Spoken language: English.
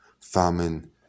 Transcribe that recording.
famine